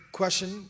question